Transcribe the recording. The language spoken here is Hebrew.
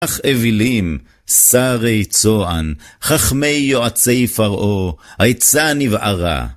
אך אווילים, שרי צוען, חכמי יועצי פרעה, היצע נבערה.